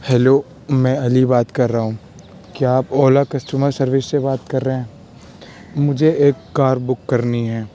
hello میں علی بات کر رہا ہوں کیا آپ اولا کسٹمر سروس سے بات کر رہے ہیں مجھے ایک کار بک کرنی ہے